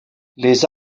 les